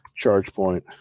ChargePoint